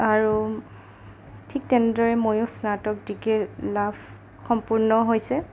আৰু ঠিক তেনেদৰে মইও স্নাতক ডিগ্ৰী লাভ সম্পূৰ্ণ হৈছে